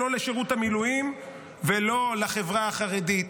לא לשירות המילואים ולא לחברה החרדית.